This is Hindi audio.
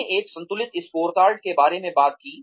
हमने एक संतुलित स्कोरकार्ड के बारे में बात की